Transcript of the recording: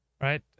right